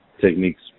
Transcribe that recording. techniques